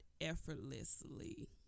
effortlessly